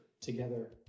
together